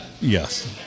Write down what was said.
Yes